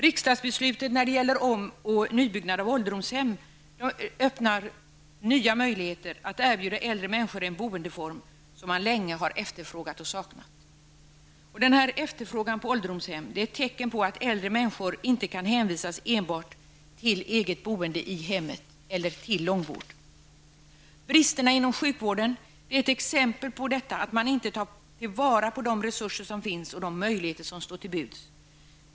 Riksdagsbeslutet när det gäller om och nybyggnad av ålderdomshem öppnar nya möjligheter att erbjuda äldre människor en boendeform som länge har efterfrågats och saknats. Efterfrågan på ålderdomshem är ett tecken på att äldre människor inte kan hänvisas enbart till eget boende i hemmet eller till långvård. Bristerna inom sjukvården är ett exempel på att man inte tar till vara de resurser som finns och de möjligheter som står till buds.